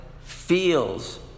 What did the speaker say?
feels